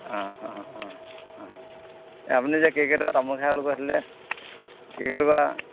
এই আপুনি যে কেৰকেটুৱা তামোল খাই বুলি কৈ আছিলে কেৰকেটুৱা